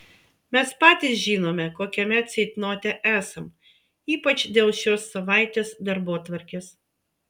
mes patys žinome kokiame ceitnote esam ypač dėl šios savaitės darbotvarkės